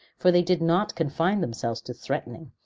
for they did not confine themselves to threatening,